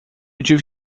tive